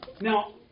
Now